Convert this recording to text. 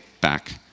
back